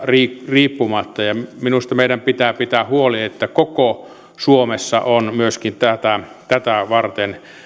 riippumatta minusta meidän pitää pitää huoli että koko suomessa on myöskin tätä tätä varten